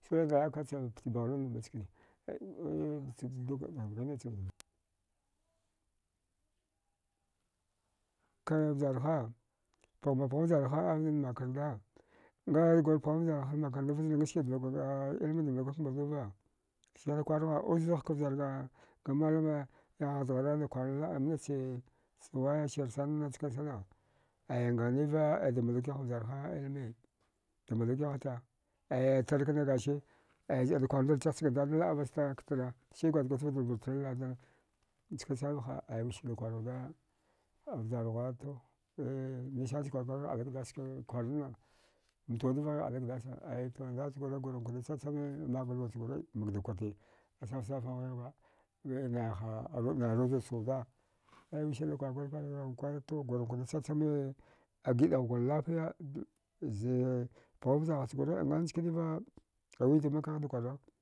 mba chkane ka vjarha paghma pagha vjarha da makrnda ngar pgham vjarhadam makarndava vne ga ilmida blagur mbalduva sirna kwargha uszaghka vjarga malama yahaghdgharda kwarla eh manache waya sirsananna chkan sana aya nganiva aida mbaldukiha vjarha ilme dambaldo kihata aya tarkna gasi aya zəada kwardirchagh chvidad laəvasta ktara si gwadjgaftvada rbuttri lada njkansan vaha aya wiskada kwar wuda avjarghuwa to nisancha kwargurikwargha ali gdass kse kwarnna mtawudva ghigh ali gdasa aito ndauchgura gurankwada chachame maguwa luwachgure makda kwarti asaf safamghigh ba e naiha naiha aruza chuda aya wiskada kwarguri kwar ghighan nkwa to gurankwada chachame agiaəghgur lafiya zai pghu vjarha chgure ngan chkaniva ai wida makaghda kwarau